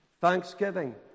Thanksgiving